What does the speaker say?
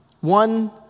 one